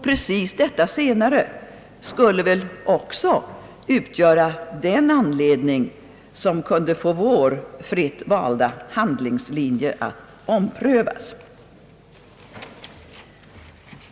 Precis detta senare skulle väl även utgöra den anledning som kunde få vår fritt valda handlingslinje att omprövas.